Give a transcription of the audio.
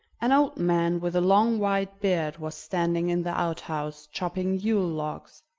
an old man with a long white beard was standing in the outhouse, chopping yule logs.